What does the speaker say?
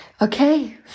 Okay